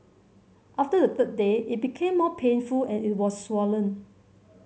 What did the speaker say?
after the third day it became more painful and it was swollen